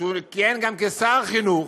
שכיהן גם כשר החינוך,